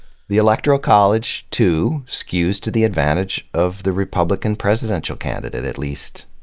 the electoral college, too, skews to the advantage of the republican presidential candidate, at least,